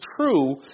true